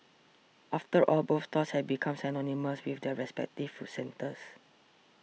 after all both stalls have become synonymous with the respective food centres